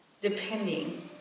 depending